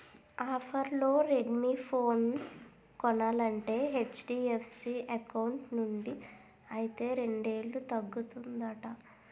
ఆఫర్లో Redmi phone కొనాలంటే HDFC account నుండి అయితే రెండేలు తగ్గుతుందట